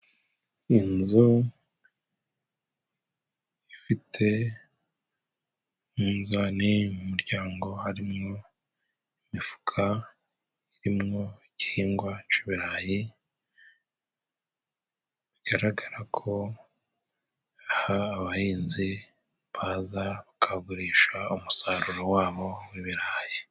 Inzu ifite umunzani mu muryango harimowo imifuka irimo igihingwa c'ibirayi, bigaragara ko aha abahinzi baza bakagurisha umusaruro wabo w'ibirayi.